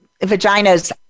vaginas